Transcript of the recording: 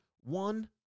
One